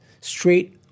straight